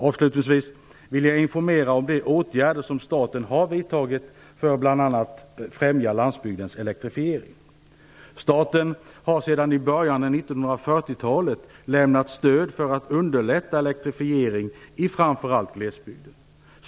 Avslutningsvis vill jag informera om de åtgärder som staten har vidtagit för bl.a. främjande av landsbygdens elektrifiering. Staten har sedan början av 1940-talet lämnat stöd för att underlätta elektrifiering i framför allt glesbygden.